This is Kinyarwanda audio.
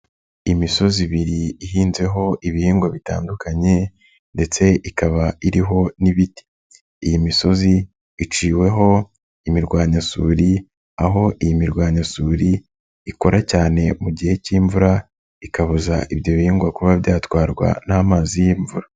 Imisozi ibiri ihinzeho ibihingwa bitandukanye ndetse ikaba iriho n'ibiti. Iyi misozi iciweho imirwanyasuri, aho iyi mirwanwanyasuri ikora cyane mu gihe k'imvura ikabuza ibyo bihingwa kuba byatwarwa n'amazi y'imvura.